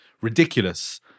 ridiculous